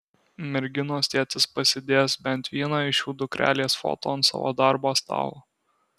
merginos tėtis pasidės bent vieną iš šių dukrelės foto ant savo darbo stalo